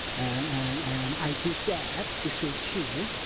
and i did that this week, too.